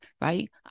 right